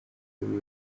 w’ibi